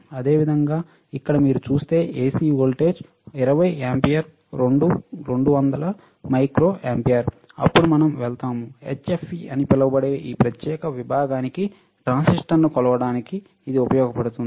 అదేవిధంగా ఇక్కడ మీరు చూసే AC వోల్టేజ్ 20 ఆంపియర్ 2 200 మైక్రోఆంపియర్ అప్పుడు మనం వెళ్తాము HFE అని పిలువబడే ఈ ప్రత్యేక విభాగానికి ట్రాన్సిస్టర్ను కొలవడానికి ఇది ఉపయోగించబడుతుంది